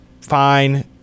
fine